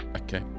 okay